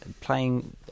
playing